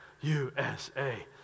USA